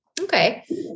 Okay